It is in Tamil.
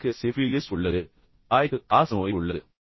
தந்தைக்கு சிஃபிலிஸ் உள்ளது தாய்க்கு காசநோய் உள்ளது